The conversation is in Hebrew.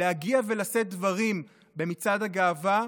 להגיע ולשאת דברים במצעד הגאווה,